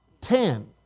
ten